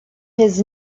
his